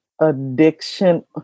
addiction